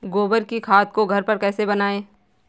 गोबर की खाद को घर पर कैसे बनाएँ?